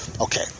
Okay